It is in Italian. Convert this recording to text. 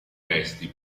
testi